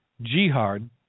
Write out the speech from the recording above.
jihad